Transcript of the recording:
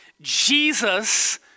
Jesus